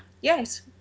yes